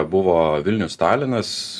buvo vilnius talinas